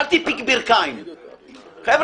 בבקשה.